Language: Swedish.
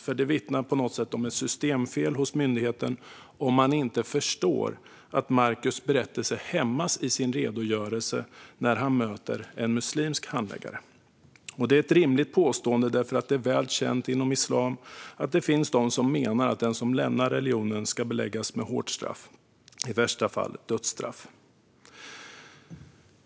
Det här vittnar på något sätt om ett systemfel hos myndigheten om man inte förstår att Markus hämmas i sin redogörelse när han möter en muslimsk handläggare. Det är ett rimligt påstående, eftersom det är väl känt inom islam att det finns de som menar att den som lämnar religionen ska beläggas med hårt straff, i värsta fall dödsstraff.